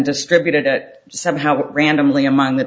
distributed that somehow randomly among the